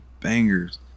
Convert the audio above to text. bangers